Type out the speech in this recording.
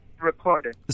recorded